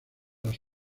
las